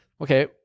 Okay